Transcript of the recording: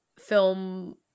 film